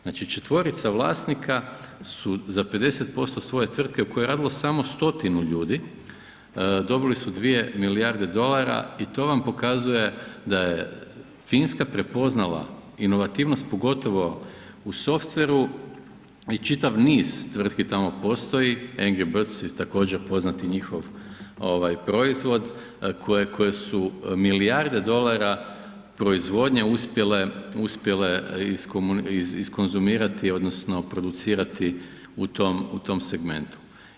Znači četvorica vlasnika su za 50% svoje tvrtke u kojoj je radilo samo stotinu ljudi dobili su 2 milijarde dolara i to vam pokazuje da je Finska prepoznala inovativnost pogotovo u softveru i čita niz tvrtki tamo postoji Angry Birds također poznati njihov proizvod koji su milijarde dolara proizvodnje uspjele iskonzumirati odnosno producirati u tom segmentu.